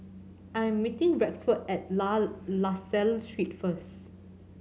I am meeting Rexford at La La Salle Street first